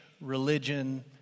religion